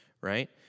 right